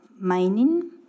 mining